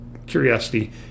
curiosity